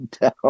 down